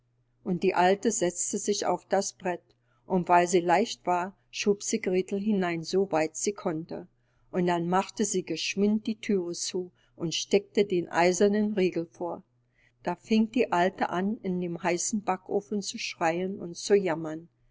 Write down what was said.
und die alte setzte sich auf das brett und weil sie leicht war schob sie gretel hinein so weit sie konnte und dann machte sie geschwind die thüre zu und steckte den eisernen niegel vor da fing die alte an in dem heißen backofen zu schreien und zu jammern